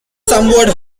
somewhat